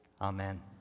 Amen